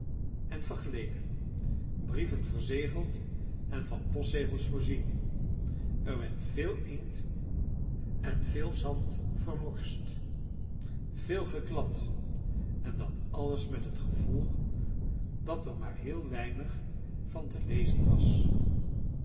vergeieken brieven verzegeld en van postzogels voorzien er werd veei inkt en veel and vermorst veel geklad en dat alles met het gevolg dat er maar heel weinig van te lezen was